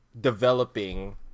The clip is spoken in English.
developing